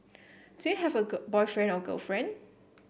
do you have a boyfriend or girlfriend